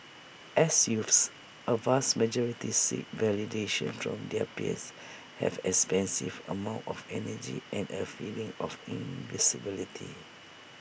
as youths A vast majority seek validation from their peers have expansive amounts of energy and A feeling of invincibility